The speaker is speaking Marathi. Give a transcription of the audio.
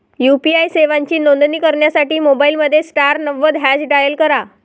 यू.पी.आई सेवांची नोंदणी करण्यासाठी मोबाईलमध्ये स्टार नव्वद हॅच डायल करा